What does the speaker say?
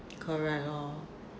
correct [lor[